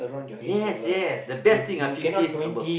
yes yes the best thing ah fifties above